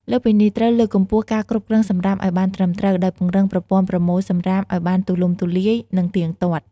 លើសពីនេះត្រូវលើកកម្ពស់ការគ្រប់គ្រងសំរាមឱ្យបានត្រឹមត្រូវ ដោយពង្រឹងប្រព័ន្ធប្រមូលសំរាមឱ្យបានទូលំទូលាយ និងទៀងទាត់។